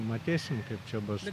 matysim kaip čia bus